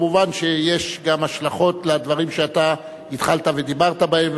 כמובן שיש גם השלכות לדברים שאתה התחלת ודיברת בהם,